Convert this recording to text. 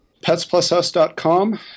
PetsPlusUs.com